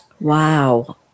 wow